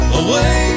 away